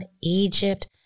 Egypt